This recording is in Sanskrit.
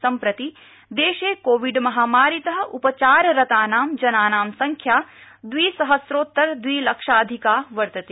सम्प्रति देशे कोविडमहामारीत उपचारसतानां जनानां संख्या द्विसहस्रोत्तर द्विलक्षाधिका वर्तते